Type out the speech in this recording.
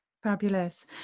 Fabulous